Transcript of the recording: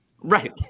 Right